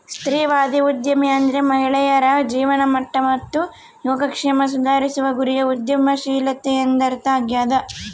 ಸ್ತ್ರೀವಾದಿ ಉದ್ಯಮಿ ಅಂದ್ರೆ ಮಹಿಳೆಯರ ಜೀವನಮಟ್ಟ ಮತ್ತು ಯೋಗಕ್ಷೇಮ ಸುಧಾರಿಸುವ ಗುರಿಯ ಉದ್ಯಮಶೀಲತೆ ಎಂದರ್ಥ ಆಗ್ಯಾದ